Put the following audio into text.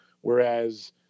Whereas